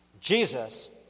Jesus